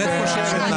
מי נגד?